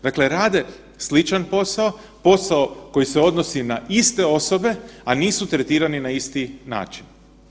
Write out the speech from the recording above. Dakle rade sličan posao, posao koji se odnosi na iste osobe, a nisu tretirani na isti način.